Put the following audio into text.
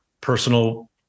personal